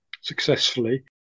successfully